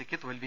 സിക്ക് തോൽവി